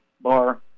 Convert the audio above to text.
bar